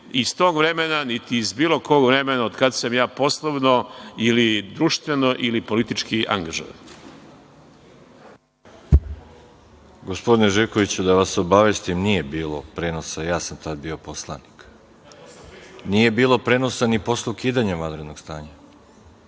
iz tog vremena, niti iz bilo kog ovog vremena kada sam ja poslovno ili društveno ili politički angažovan. **Veroljub Arsić** Gospodine Živkoviću, da vas obavestim, nije bilo prenosa. Ja sam tada bio poslanik. Nije bilo prenosa ni posle ukidanja vanrednog stanja.(Zoran